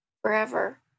forever